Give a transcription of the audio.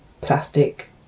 plastic